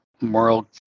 moral